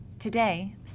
Today